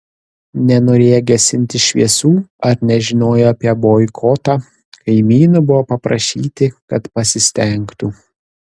nenorėję gesinti šviesų ar nežinoję apie boikotą kaimynų buvo paprašyti kad pasistengtų